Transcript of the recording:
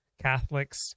Catholics